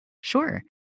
Sure